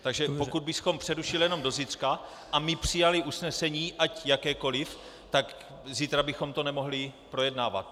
Takže pokud bychom přerušili jenom do zítřka a my přijali usnesení, ať jakékoli, tak zítra bychom to nemohli projednávat.